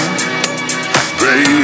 Baby